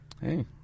Hey